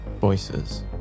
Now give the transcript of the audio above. voices